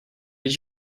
did